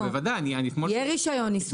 יהיה רישיון ניסוי בתוקף.